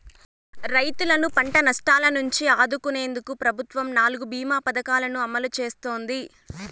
రైతులను పంట నష్టాల నుంచి ఆదుకునేందుకు ప్రభుత్వం నాలుగు భీమ పథకాలను అమలు చేస్తోంది